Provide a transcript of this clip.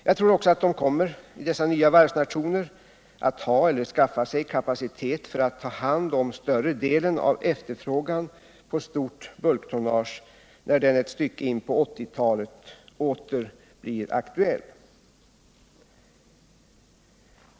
Jag tror också att dessa nya varvsnationer kommer att ha, eller skaffa sig, kapacitet för att ta hand om större delen av efterfrågan på stort bulktonnage när den ett stycke in på 1980 talet åter blir aktuell.